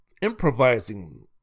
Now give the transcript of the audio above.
Improvising